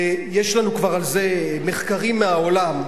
ויש לנו על זה כבר מחקרים מהעולם,